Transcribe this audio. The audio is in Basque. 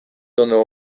ondo